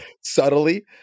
Subtly